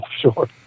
sure